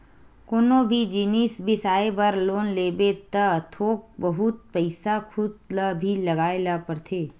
कोनो भी जिनिस बिसाए बर लोन लेबे त थोक बहुत पइसा खुद ल भी लगाए ल परथे